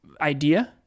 idea